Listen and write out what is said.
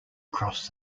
across